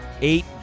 Eight